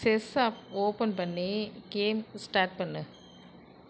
chess app open பண்ணி game start பண்ணு